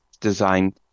design